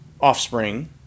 offspring